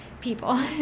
people